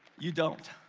you don't.